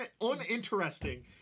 uninteresting